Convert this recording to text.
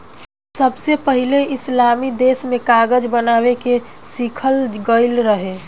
सबसे पहिले इस्लामी देश में कागज बनावे के सिखल गईल रहे